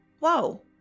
wow